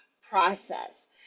process